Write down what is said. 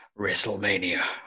Wrestlemania